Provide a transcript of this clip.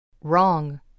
Wrong